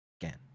again